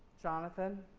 jonathan.